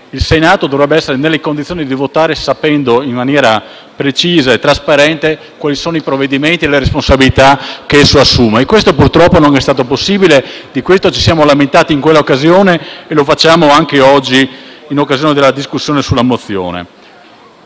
Il Senato dovrebbe essere infatti nelle condizioni di votare sapendo in maniera precisa e trasparente quali sono i provvedimenti e le responsabilità che esso assume; questo purtroppo non è stato possibile e di ciò ci siamo lamentati in tale occasione e lo facciamo anche oggi discutendo le mozioni.